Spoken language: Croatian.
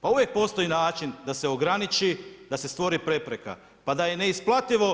Pa uvijek postoji način da se ograniči, da se stvori prepreka pa da je i neisplativo